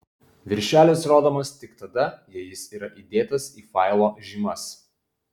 viršelis rodomas tik tada jei jis yra įdėtas į failo žymas